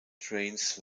trains